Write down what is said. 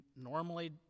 normally